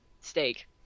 Steak